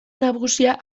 nagusia